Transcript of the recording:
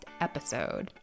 episode